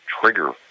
trigger